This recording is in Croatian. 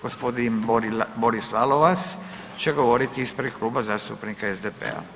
Gospodin Boris Lalovac će govoriti ispred Kluba zastupnika SDP-a.